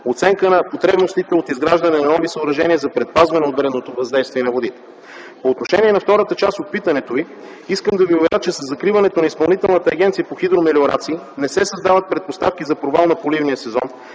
оценка на потребностите от изграждане на нови съоръжения за предпазване от вредното въздействие на водите. По отношение на втората част от питането Ви, искам да Ви уверя, че със закриването на Изпълнителната агенция по хидромелиорации не се създават предпоставки за провал на поливния сезон,